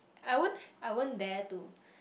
I won't I won't dare to